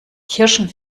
kirschen